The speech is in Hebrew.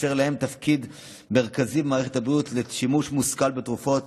אשר להם תפקיד מרכזי במערכת הבריאות לעניין שימוש מושכל בתרופות,